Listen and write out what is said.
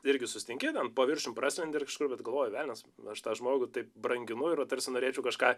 irgi susitinki paviršium praskrendi ir kažkur bet galvoji velnias aš tą žmogų taip branginu ir vat tarsi norėčiau kažką